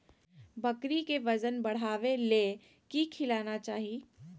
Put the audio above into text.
बकरी के वजन बढ़ावे ले की खिलाना चाही?